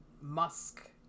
musk